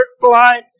flight